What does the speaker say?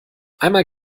einmal